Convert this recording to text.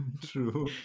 True